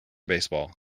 baseball